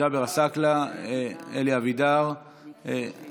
אין ההצעה להעביר את הנושא